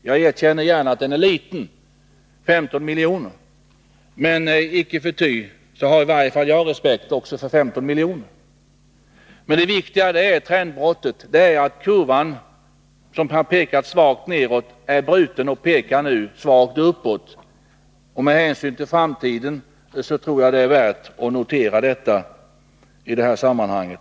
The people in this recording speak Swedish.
Jag erkänner gärna att den är liten — 15 miljoner — men icke förty har åtminstone jag respekt också för 15 miljoner. Det viktiga är emellertid trendbrottet — att kurvan, som pekat svagt nedåt, är bruten och nu pekar svagt uppåt. Med tanke på framtiden tror jag det är värt att notera detta i det här sammanhanget.